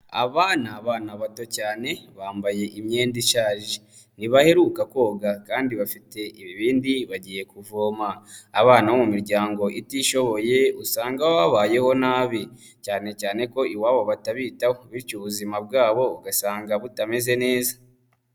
Aba ni abana bato cyane bambaye imyenda ishaje, ntibaheruka koga kandi bafite ibibindi bagiye kuvoma, abana bo mu miryango itishoboye usanga baba babayeho nabi, cyane cyane ko iwabo batabitaho bityo ubuzima bwabo ugasanga butameze neza.